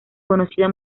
conocida